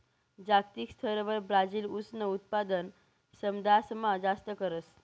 जागतिक स्तरवर ब्राजील ऊसनं उत्पादन समदासमा जास्त करस